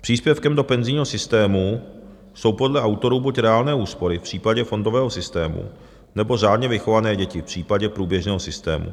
Příspěvkem do penzijního systému jsou podle autorů buď reálné úspory v případě fondového systému, nebo řádně vychované děti v případě průběžného systému.